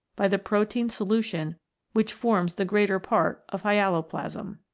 by the protein solution which forms the greater part of hyaloplasm.